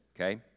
okay